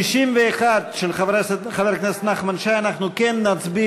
91, של חבר הכנסת נחמן שי, אנחנו כן נצביע.